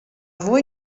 voi